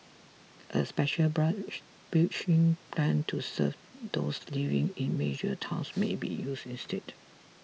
a special bus bridging plan to serve those living in major towns may be used instead